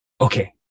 okay